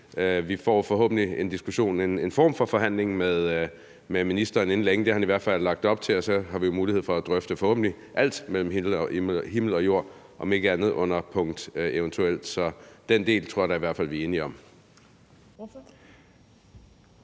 vi forhåbentlig en diskussion og en form for forhandling med ministeren inden længe. Det har han i hvert fald lagt op til, og så har vi jo forhåbentlig mulighed for at drøfte alt mellem himmel og jord, om ikke andet så under punktet eventuelt. Så den del tror jeg da i hvert fald vi er enige om.